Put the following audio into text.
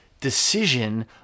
decision